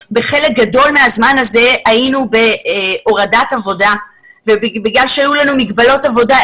בחלק גדול מהזמן הזה היינו בהורדת עבודה ובגלל שהיו לנו מגבלות עבודה,